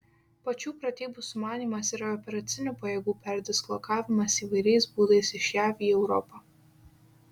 pačių pratybų sumanymas yra operacinių pajėgų perdislokavimas įvairiais būdais iš jav į europą